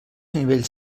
nivells